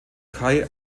türkei